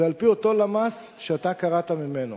זה על-פי אותו למ"ס שאתה קראת ממנו.